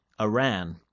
iran